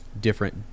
different